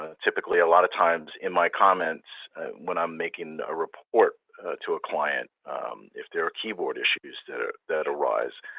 ah typically, a lot of times in my comments when i'm making a report to a client if there are keyboard issues that ah that arise,